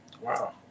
Wow